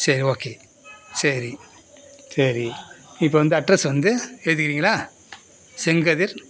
சரி ஓகே சரி சரி இப்போ வந்து அட்ரஸ் வந்து எழுதிக்கிறிங்களா செங்கதிர்